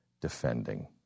defending